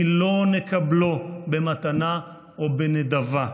כי לא נקבלו במתנה או בנדבה.